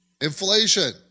inflation